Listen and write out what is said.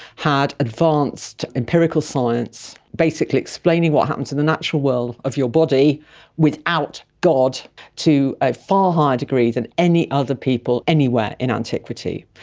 had advanced empirical science, basically explaining what happens in the natural world of your body without god to a far higher degree than any other people anywhere in antiquity.